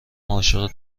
عاشق